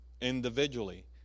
individually